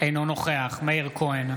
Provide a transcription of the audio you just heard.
אינו נוכח מאיר כהן,